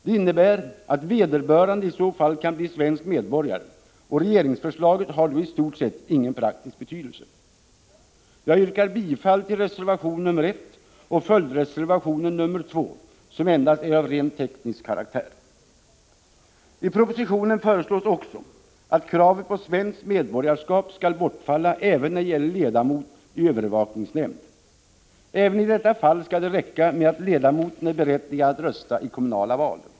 Det innebär att vederbörande i så fall kan bli svensk medborgare, och regeringsförslaget har då i stort sett ingen praktisk betydelse. Jag yrkar bifall till reservation nr 1 och följdreservation nr 2, som endast är av rent teknisk karaktär. I propositionen föreslås också att kravet på svenskt medborgarskap skall bortfalla även när det gäller ledamot i övervakningsnämnd. Även i detta fall skall det räcka med att ledamoten är berättigad att rösta i kommunala val.